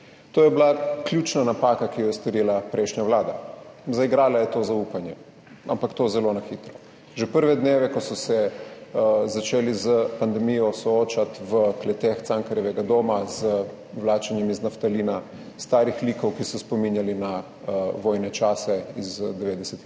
To je bila ključna napaka, ki jo je storila prejšnja vlada, zaigrala je to zaupanje, ampak to zelo na hitro, že prve dneve, ko so se začeli s pandemijo soočati v kleteh Cankarjevega doma z vlačenjem iz naftalina starih likov, ki so spominjali na vojne čase iz 90.